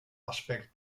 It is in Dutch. aspect